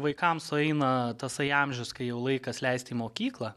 vaikams sueina tasai amžius kai jau laikas leisti į mokyklą